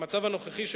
במצב הנוכחי,